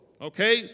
okay